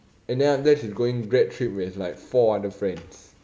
and then after that she's going grad trip with like four other friends